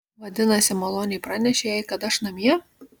vadinasi maloniai pranešei jai kad aš namie